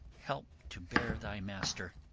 help to bear thy master